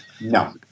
No